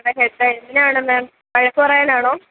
ഞങ്ങളുടെ ഹെഡ് എന്തിനാണ് മേം വഴക്ക് പറയാനാണോ